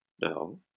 No